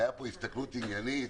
והייתה פה הסתכלות עניינית.